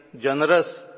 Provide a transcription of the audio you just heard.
generous